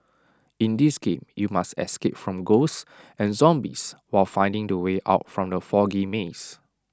in this game you must escape from ghosts and zombies while finding the way out from the foggy maze